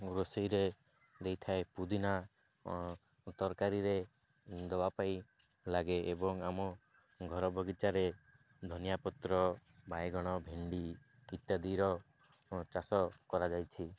ରୋଷେଇରେ ଦେଇଥାଏ ପୁଦିନା ତରକାରୀରେ ଦେବା ପାଇଁ ଲାଗେ ଏବଂ ଆମ ଘର ବଗିଚାରେ ଧନିଆ ପତ୍ର ବାଇଗଣ ଭେଣ୍ଡି ଇତ୍ୟାଦିର ଚାଷ କରାଯାଇଛି